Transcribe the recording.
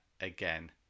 again